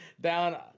down